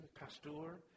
Pasteur